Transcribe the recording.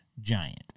giant